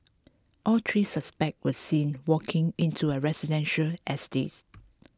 all three suspects were seen walking into a residential estates